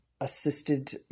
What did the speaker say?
assisted